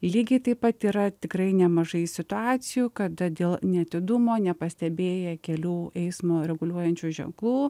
lygiai taip pat yra tikrai nemažai situacijų kada dėl neatidumo nepastebėję kelių eismo reguliuojančių ženklų